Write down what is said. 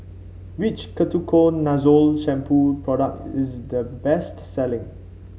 which Ketoconazole Shampoo product is the best selling